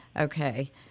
Okay